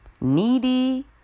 needy